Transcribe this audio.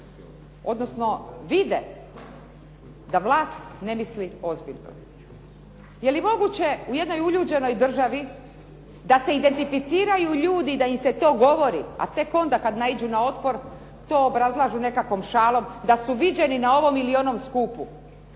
odnosno vide da vlast ne misli ozbiljno. Je li moguće u jednoj uljuđenoj državi da se identificiraju ljudi i da im se to govori a tek onda kad naiđu na otpor to obrazlažu nekakvom šalom da su viđeni na ovom ili onom skupu